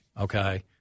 Okay